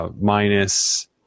minus